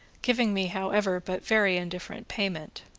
giving me however but very indifferent payment.